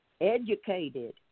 educated